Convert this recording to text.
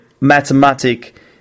mathematic